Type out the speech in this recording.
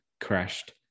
crashed